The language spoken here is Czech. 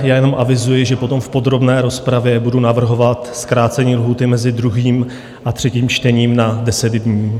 Jenom avizuji, že potom v podrobné rozpravě budu navrhovat zkrácení lhůty mezi druhým a třetím čtením na 10 dní.